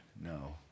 No